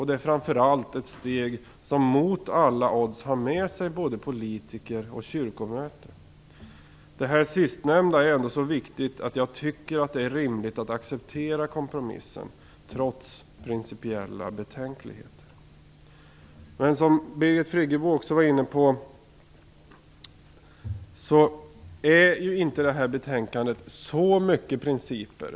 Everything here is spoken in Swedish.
Det är framför allt ett steg som, mot alla odds, både politiker och kyrkomöte står bakom. Detta sistnämnda är så viktigt att jag trots principiella betänkligheter tycker att det är rimligt att acceptera kompromissen. Som också Birgit Friggebo var inne på bygger detta betänkande inte så mycket på principer.